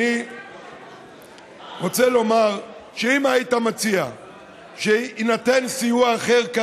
אני רוצה לומר שאם היית מציע שכרגע יינתן סיוע אחר,